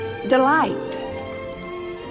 delight